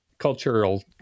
cultural